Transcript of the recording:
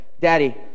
Daddy